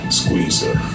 squeezer